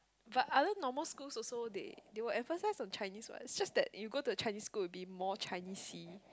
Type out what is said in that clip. but other normal schools also they they will emphasise on Chinese [what] it's just that you go to a Chinese school it will be more Chinese-y